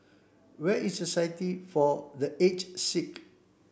where is Society for the Aged Sick